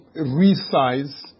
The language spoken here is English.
resize